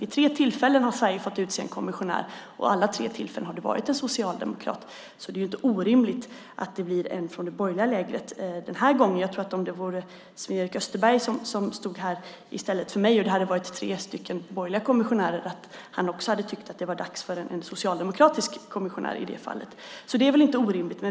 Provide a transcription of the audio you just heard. Vid tre tillfällen har Sverige fått utse en kommissionär, och vid alla tre tillfällen har det varit en socialdemokrat. Det är inte orimligt att det blir en från det borgerliga lägret den här gången. Om det vore Sven-Erik Österberg som stod här i stället för mig, och det hade varit tre borgerliga kommissionärer, hade han nog också tyckt att det var dags för en socialdemokratisk kommissionär i det fallet. Det är väl inte orimligt?